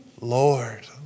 Lord